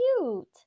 cute